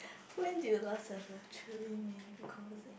when do you last have a truly meaningful conversation